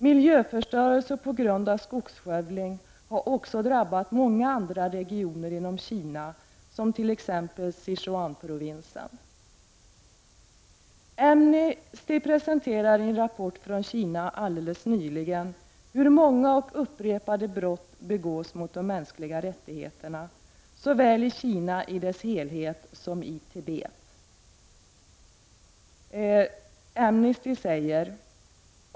Miljöförstörelse på grund av skogsskövling har även drabbat många andra regioner inom Kina, som t.ex. Sichuanprovinsen. Amnesty redovisade i en rapport från Kina nyligen att många och upprepade brott begås mot de mänskliga rättigheterna såväl i Kina i dess helhet som i Tibet.